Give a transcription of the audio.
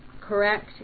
correct